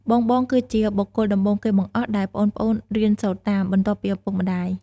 បងៗគឺជាបុគ្គលដំបូងគេបង្អស់ដែលប្អូនៗរៀនសូត្រតាម បន្ទាប់ពីឪពុកម្ដាយ ។